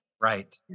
Right